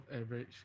average